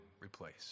replace